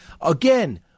Again